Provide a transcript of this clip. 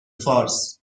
فارس